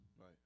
Right